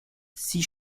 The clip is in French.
six